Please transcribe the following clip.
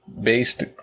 Based